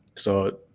so,